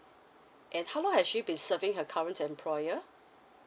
and how long has she been serving her current employer